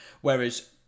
Whereas